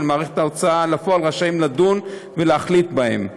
מערכת ההוצאה לפועל רשאים לדון ולהחליט בהם וכו'